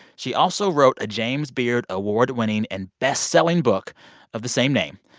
she also wrote a james beard award-winning and best-selling book of the same name.